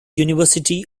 university